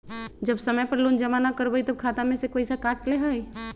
जब समय पर लोन जमा न करवई तब खाता में से पईसा काट लेहई?